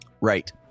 Right